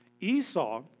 Esau